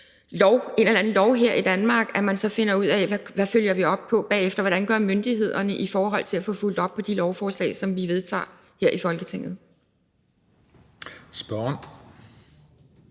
en eller anden lov her i Danmark, altså at man finder ud af, hvad vi følger op på bagefter, og hvad myndighederne gør i forhold til at få fulgt op på de lovforslag, som vi vedtager her i Folketinget. Kl.